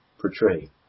portray